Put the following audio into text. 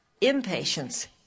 impatience